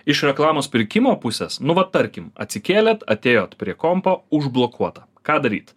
iš reklamos pirkimo pusės nu va tarkim atsikėlėt atėjot prie kompo užblokuota ką daryt